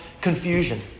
confusion